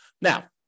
Now